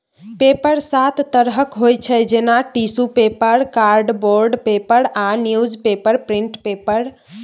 paper सात तरहक होइ छै जेना टिसु पेपर, कार्डबोर्ड पेपर आ न्युजपेपर प्रिंट पेपर